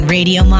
Radio